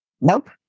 Nope